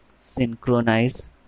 Synchronize